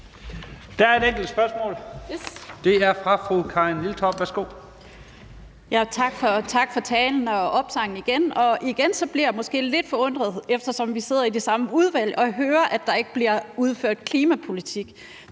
Der er et enkelt spørgsmål, og det er fra fru Karin Liltorp. Værsgo. Kl. 12:12 Karin Liltorp (M): Tak for talen, og igen for opsangen. Og igen bliver jeg måske lidt forundret, eftersom vi sidder i det samme udvalg, over at høre, at der ikke bliver udført klimapolitik.